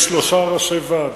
יש שלושה ראשי ועדה,